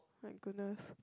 my goodness